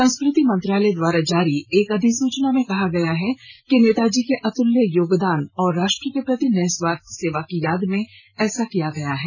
संस्कृति मंत्रालय द्वारा जारी एक अधिसुचना में कहा गया है कि नेताजी के अतुल्य योगदान और राष्ट्र के प्रति निस्वार्थ सेवा की याद में ऐसा किया गया है